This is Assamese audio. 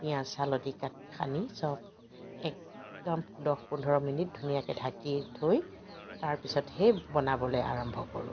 পিঁয়াজ হালধি কা সানি চব একদম দহ পোন্ধৰ মিনিট ধুনীয়াকৈ ঢাকি থৈ তাৰপিছতহে বনাবলৈ আৰম্ভ কৰোঁ